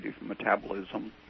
metabolism